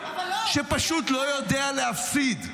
שפשוט לא יודע להפסיד.